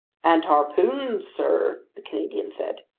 and harpoons, sir, the canadian said,